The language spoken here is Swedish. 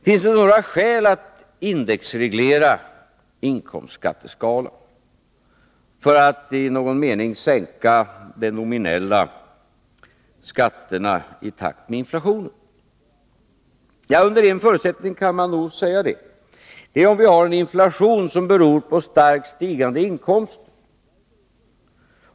Finns det några skäl att indexreglera inkomstskatteskalan för att i någon mening sänka de nominella skatterna i takt med inflationen? Ja, under en förutsättning kan man nog säga det, och det är om vi har en inflation som beror på starkt stigande inkomster.